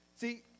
See